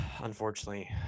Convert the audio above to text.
Unfortunately